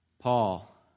Paul